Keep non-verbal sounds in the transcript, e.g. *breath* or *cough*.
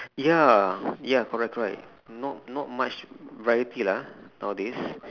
*breath* ya ya correct correct not not much variety lah nowadays